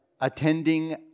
attending